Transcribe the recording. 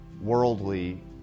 worldly